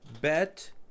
Bet